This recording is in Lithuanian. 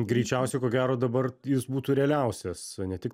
greičiausiai ko gero dabar jis būtų realiausias ne tik